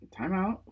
Timeout